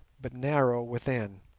but narrow within,